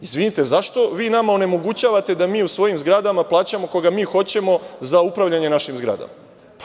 Izvinite, zašto vi nama onemogućavate da mi u svojim zgradama plaćamo koga mi hoćemo za upravljanje našim zgradama?